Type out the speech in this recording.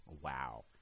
Wow